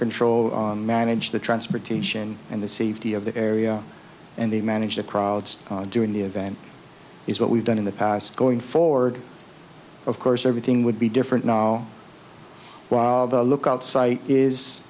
control manage the transportation and the safety of the area and they manage the crowds during the event is what we've done in the past going forward of course everything would be different now while the lookout site is